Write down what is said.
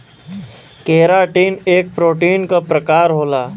keratin एक protein क प्रकार होला